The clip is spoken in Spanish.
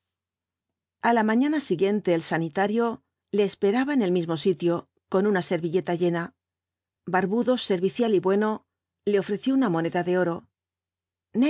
a la mañana siguiente el sanitario le esperaba en el mismo sitio con una servilleta llena barbudo servicial y bueno le ofreció una moneda de oro